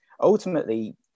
ultimately